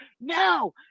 No